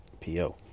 PO